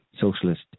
socialist